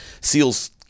SEALs